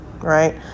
right